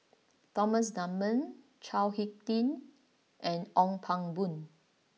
Thomas Dunman Chao Hick Tin and Ong Pang Boon